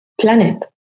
planet